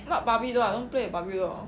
not barbie doll I don't play with barbie doll